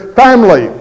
family